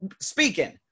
speaking